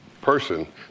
person